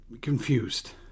confused